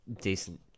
decent